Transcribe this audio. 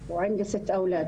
השני מעבר הגבול,